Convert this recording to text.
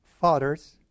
fathers